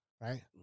right